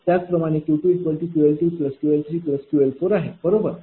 त्याचप्रमाणे Q2QL2QL3QL4आहे बरोबर